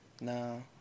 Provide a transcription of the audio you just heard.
No